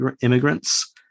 immigrants